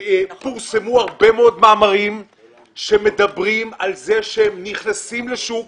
פורסמו הרבה מאוד מאמרים שמדברים על כך שהם נכנסים לשוק,